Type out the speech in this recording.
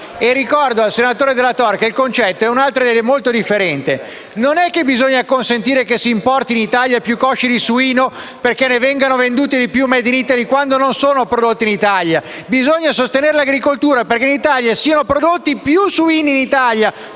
Ricordo al senatore Dalla Tor che il concetto è un altro ed è molto differente. Non è che bisogna consentire che si importino in Italia più cosce di suino, perché ne vengano vendute di più come *made in Italy* quando non sono prodotte in Italia. Bisogna sostenere l'agricoltura, perché in Italia siano prodotti più suini, fatti